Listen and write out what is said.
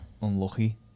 unlucky